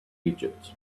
egypt